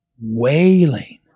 wailing